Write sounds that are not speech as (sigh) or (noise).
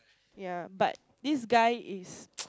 yeah but this guy is (noise)